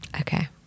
Okay